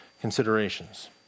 considerations